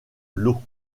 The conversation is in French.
lot